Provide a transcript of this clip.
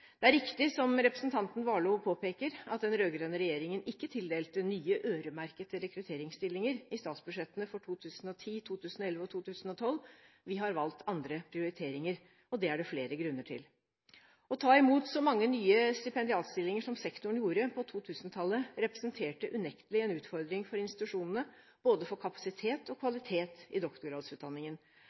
Det er riktig, som representanten Warloe påpeker, at den rød-grønne regjeringen ikke tildelte nye øremerkede rekrutteringsstillinger i statsbudsjettene for 2010, 2011 og 2012. Vi har valgt andre prioriteringer, og det er det flere grunner til. Å ta imot så mange nye stipendiatstillinger som sektoren gjorde på 2000-tallet, representerte unektelig en utfordring for institusjonene, både for kapasitet og kvalitet i